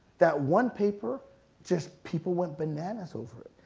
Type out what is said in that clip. that one paper just people went bananas over it.